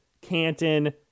Canton